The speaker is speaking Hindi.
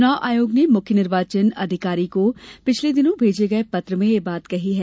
चुनाव आयोग ने मुख्य चुनाव अधिकारी को पिछले दिनों भेजे गए पत्र में यह बात कही है